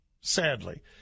sadly